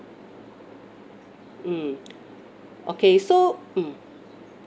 mm okay so mm